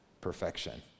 perfection